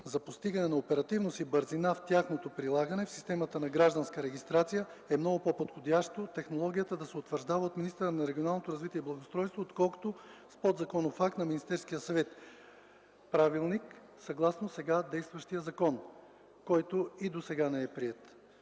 за постигане на оперативност и бързина в тяхното прилагане в системата за гражданска регистрация, е много по-подходящо технологията да се утвърждава от министъра на регионалното развитие и благоустройството, отколкото с подзаконов акт на Министерския съвет – правилник съгласно сега действащия закон, който и досега не е приет.